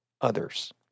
others